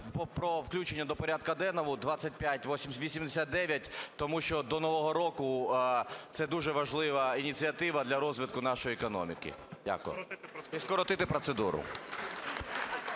про включення до порядку денного 2589, тому що до Нового року це дуже важлива ініціатива для розвитку нашої економіки. Дякую. І скоротити процедуру.